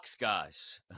guys